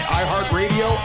iHeartRadio